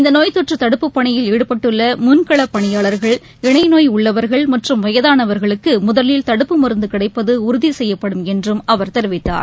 இந்தநோய் தொற்றுதடுப்பு பணியில் ஈடுபட்டுள்ளமுன்களபணியாளர்கள் இணைநோய் உள்ளவர்கள் மற்றும் வயதானவர்களுக்குமுதலில் தடுப்பு மருந்துகிடைப்பதுஉறுதிசெய்யப்படும் என்றும் அவர் தெரிவித்தார்